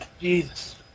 Jesus